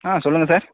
ஆ சொல்லுங்கள் சார்